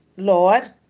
Lord